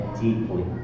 deeply